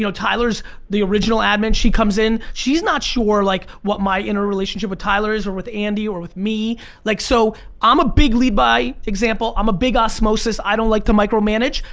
you know tyler's the original admin, she comes in, she's not sure like what my interrelationship with tyler is or with andy or with me like so i'm a big lead by example, i'm a big osmosis, i don't like to micromanage,